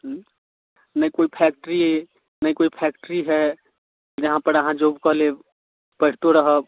हूँ नहि कोइ फैक्टरी अइ नहि कोइ फैक्टरी हय जहाँ पर अहाँ जॉब कऽ लेब पढ़ितो रहब